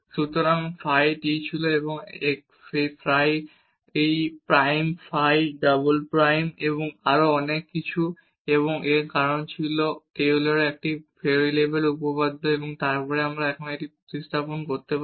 সুতরাং phi t ছিল এই phi prime phi double prime এবং আরও অনেক কিছু এবং এর কারণ ছিল টেইলরের একটি ভেরিয়েবলের উপপাদ্য এবং তারপরে আমরা এখন প্রতিস্থাপন করতে পারি